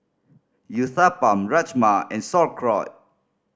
Uthapam Rajma and Sauerkraut